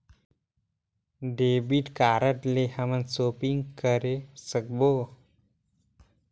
Debit card ले हमन shopping करे सकबो?